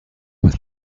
with